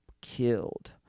killed